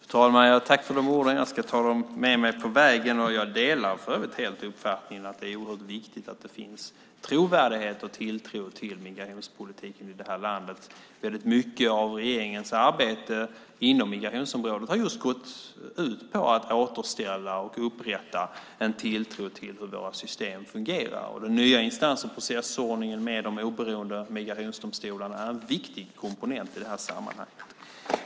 Fru talman! Tack för de orden! Jag ska ta dem med mig på vägen. Jag delar för övrigt helt uppfattningen att det är oerhört viktigt att det finns trovärdighet och tilltro till migrationspolitiken i det här landet. Väldigt mycket av regeringens arbete inom migrationsområdet har just gått ut på att återställa och upprätta en tilltro till hur våra system fungerar. Den nya instans och processordningen med de oberoende migrationsdomstolarna är en viktig komponent i det här sammanhanget.